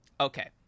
Okay